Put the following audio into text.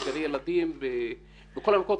יש גני ילדים בכל המקומות,